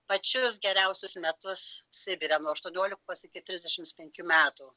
pačius geriausius metus sibire nuo aštuoniolikos iki trisdešimt penkių metų